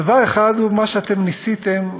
דבר אחד הוא מה שאתם ניסיתם,